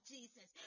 Jesus